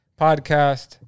podcast